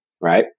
right